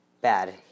bad